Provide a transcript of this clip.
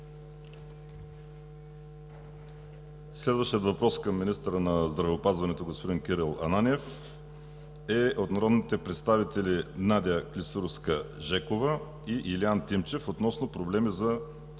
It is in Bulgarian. Следващият въпрос към министъра на здравеопазването господин Кирил Ананиев е от народните представители Надя Клисурска-Жекова и Илиян Ангелов Тимчев относно проблеми в